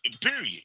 Period